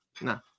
no